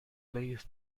plays